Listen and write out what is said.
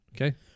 Okay